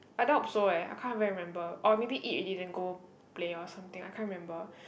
I doubt so eh I can't really remember or maybe eat already then go play or something I can't remember